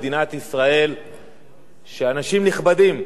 שאנשים נכבדים שתרמו רבות למדינת ישראל,